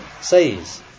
says